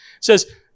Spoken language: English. says